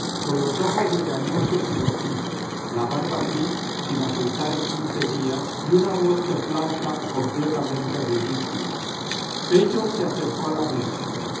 con los ojos legañosos y rojizos la barba gris sin afeitar en quince días y una voz de nauta completamente ridicula pello se acercó a la mesa